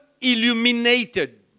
illuminated